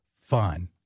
fun